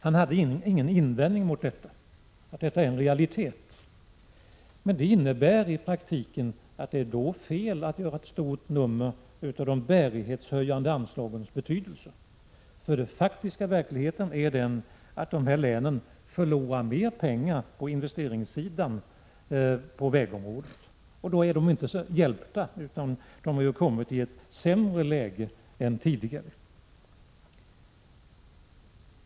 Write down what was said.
Han hade ingen invändning mot att detta är en realitet. Det är då fel att göra ett stort nummer av de bärighetshöjande anslagen. Den faktiska verkligheten är att 63 Prot. 1986/87:122 de här länen förlorar mer pengar på investeringssidan på vägområdet. Då är de ändå inte hjälpta utan har kommit i ett sämre läge än tidigare.